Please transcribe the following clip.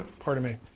ah pardon me.